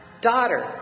daughter